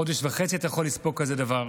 חודש וחצי אתה יכול לספוג כזה דבר,